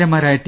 എമാരായ T